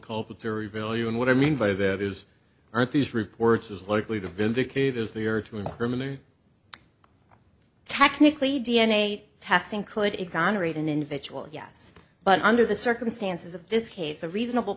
inculpatory value and what i mean by that is aren't these reports as likely to vindicate as they are to incriminate technically d n a testing could exonerate an individual yes but under the circumstances of this case a reasonable